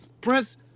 Prince